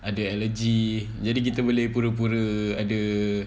ada allergy jadi kita boleh pura-pura ada